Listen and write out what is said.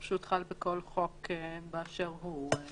זה פשוט חל בכל חוק באשר הוא.